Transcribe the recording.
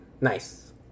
Nice